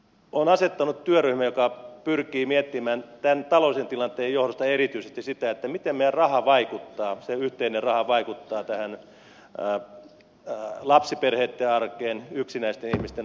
olen asettanut työryhmän joka pyrkii miettimään tämän taloudellisen tilanteen johdosta erityisesti sitä miten meidän raha vaikuttaa se yhteinen raha vaikuttaa lapsiperheitten arkeen yksinäisten ihmisten arkeen